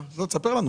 תספר לנו.